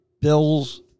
Bills